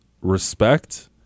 respect